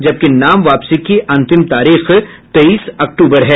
जबकि नाम वापसी की अंतिम तारीख तेईस अक्टूबर है